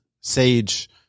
sage